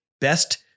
Best